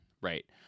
right